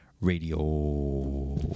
radio